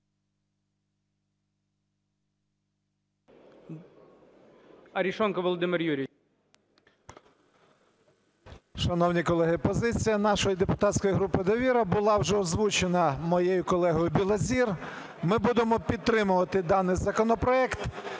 АРЕШОНКОВ В.Ю. Шановні колеги, позиція нашої депутатської групи "Довіра" була вже озвучена моєю колегою Білозір. Ми будемо підтримувати даний законопроект.